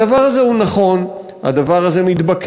הדבר הזה הוא נכון, הדבר הזה מתבקש,